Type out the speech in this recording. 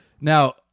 Now